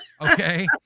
Okay